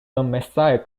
messiah